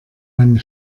meine